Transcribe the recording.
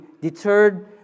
deterred